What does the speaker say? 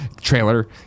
Trailer